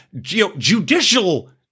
judicial